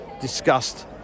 discussed